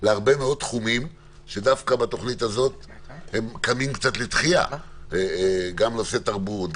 להרבה מאוד תחומים שדווקא בתוכנית הזאת קמים לתחייה גם נושא תרבות,